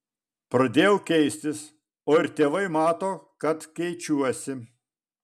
pradėjau keistis o ir tėvai mato kad keičiuosi